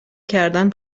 کردن